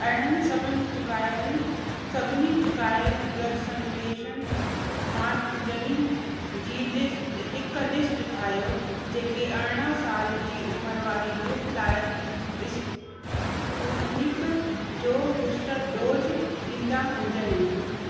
अहिड़नि सभिनि चुकाइलु सभिनी चुकाइलु वैक्सन लेशन मर्कज़नी जी लिस्ट हिकु लिस्ट ठाहियो जेके अरिड़हं साल जी उमिरि वारे ग्रुप लाइ इस पूतिनिक जो बूस्टर डोज ॾींदा हुजनि